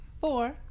Four